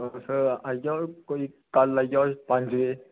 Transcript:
तुस आई जाओ कोई कल्ल आई जाओ पंज बजे